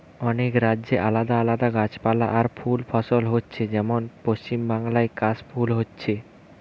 অনেক রাজ্যে আলাদা আলাদা গাছপালা আর ফুল ফসল হচ্ছে যেমন পশ্চিমবাংলায় কাশ ফুল হচ্ছে